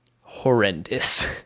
horrendous